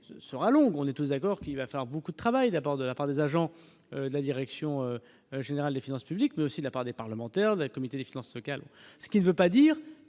sera longue, on est aux accords qui va faire beaucoup de travail, d'abord de la part des agents de la direction générale des finances publiques, mais aussi de la part des parlementaires d'un comité des finances locales, ce qui ne veut pas dire qu'il